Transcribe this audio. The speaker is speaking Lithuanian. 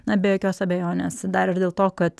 na be jokios abejonės dar ir dėl to kad